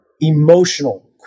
emotional